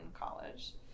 college